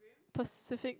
Pacific